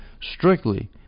strictly